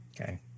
Okay